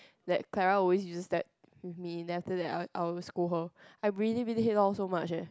like Clara always uses that with me then after that I I will scold her I really really hate lol so much eh